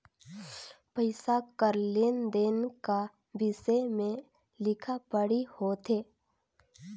पइसा कर लेन देन का बिसे में लिखा पढ़ी होथे